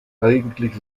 eigentlich